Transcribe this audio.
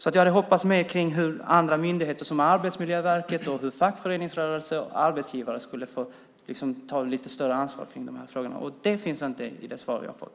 Jag hade hoppats att myndigheter som Arbetsmiljöverket tillsammans med fackföreningsrörelsen och arbetsgivarna skulle få ta lite större ansvar för dessa frågor. Det sägs dock ingenting om det i det svar jag fått.